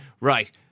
right